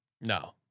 No